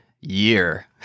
year